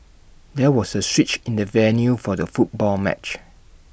there was A switch in the venue for the football match